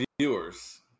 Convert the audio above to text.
viewers